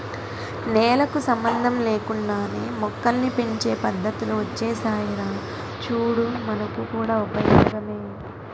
నేలకు సంబంధం లేకుండానే మొక్కల్ని పెంచే పద్దతులు ఒచ్చేసాయిరా చూడు మనకు కూడా ఉపయోగమే